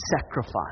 sacrifice